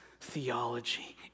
theology